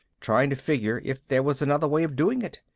trying to figure if there was another way of doing it.